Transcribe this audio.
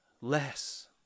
less